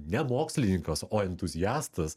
ne mokslininkas o entuziastas